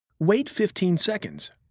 wait fifteen seconds.